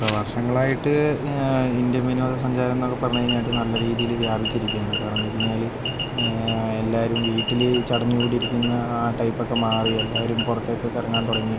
ഇപ്പോൾ വർഷങ്ങളായിട്ട് ഇന്ത്യൻ വിനോദസഞ്ചാരം എന്നൊക്കെ പറഞ്ഞു കഴിഞ്ഞാൽ നല്ല രീതിയിൽ വ്യാപിച്ചിരിക്കയാണ് കാരണമെന്ന് വെച്ച് കഴിഞ്ഞാൽ എല്ലാവരും വീട്ടിൽ ചടഞ്ഞുകൂടി ഇരിക്കുന്ന ആ ടൈപ്പൊക്കെ മാറി എല്ലാവരും പുറത്തേക്കൊക്കെ ഇറങ്ങാൻ തുടങ്ങി